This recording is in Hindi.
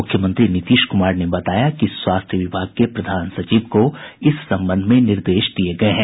मुख्यमंत्री नीतीश कुमार ने बताया कि स्वास्थ्य विभाग के प्रधान सचिव को इस संबंध में निर्देश दिये गये हैं